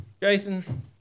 Jason